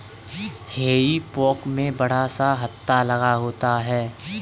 हेई फोक में बड़ा सा हत्था लगा होता है